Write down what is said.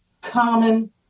common